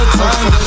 time